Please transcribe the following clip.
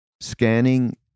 scanning